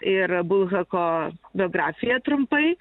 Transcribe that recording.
ir bulhako biografija trumpai